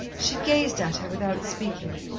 she gazed at her without speaking,